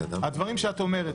הדברים שאת אומרת,